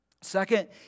Second